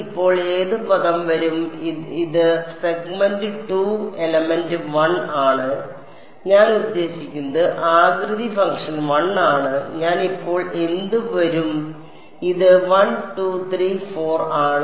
ഇപ്പോൾ ഏത് പദം വരും ഇത് സെഗ്മെന്റ് 2 എലമെന്റ് 1 ആണ് ഞാൻ ഉദ്ദേശിക്കുന്നത് ആകൃതി ഫംഗ്ഷൻ 1 ആണ് ഞാൻ ഇപ്പോൾ എന്ത് വരും ഇത് 1 2 3 4 ആണ്